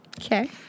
Okay